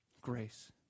grace